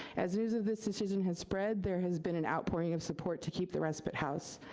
as news of this decision has spread, there has been an outpouring of support to keep the respite house.